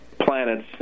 planets